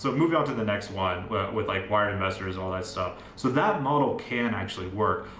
so moving on to the next one with like wire investors, all that stuff. so that model can actually work,